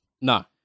No